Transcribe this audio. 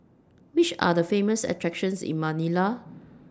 Which Are The Famous attractions in Manila